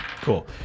Cool